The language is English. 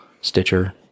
Stitcher